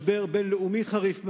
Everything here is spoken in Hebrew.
משבר בין-לאומי חריף מאוד.